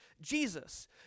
Jesus